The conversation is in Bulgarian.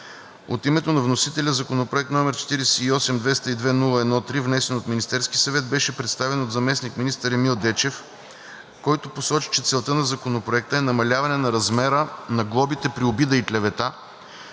От името на вносителя Законопроект № 48-202-01-3, внесен от Министерския съвет, беше представен от заместник-министър Емил Дечев, който посочи, че целта на Законопроекта е намаляване на размера на глобите при обида и клевета,